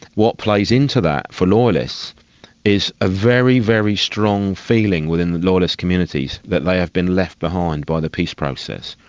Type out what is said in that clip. what plays into that for loyalists is a very, very strong feeling within the loyalist communities that they have been left behind by the peace process.